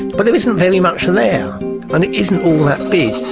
but there isn't very much and there and it isn't all that big.